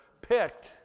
picked